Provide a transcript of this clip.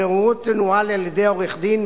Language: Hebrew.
הבוררות תנוהל על-ידי עורך-דין,